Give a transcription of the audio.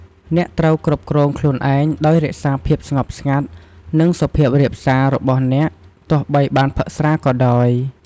អ្នកត្រូវគ្រប់គ្រងខ្លួនឯងដោយ រក្សាភាពស្ងប់ស្ងាត់ និងសុភាពរាបសា របស់អ្នក ទោះបីបានផឹកស្រាក៏ដោយ។